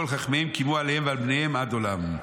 וכל חכמיהם קיימו עליהם ועל בניהם עד עולם".